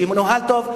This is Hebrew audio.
שהכול מנוהל טוב,